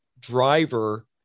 driver